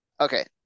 Okay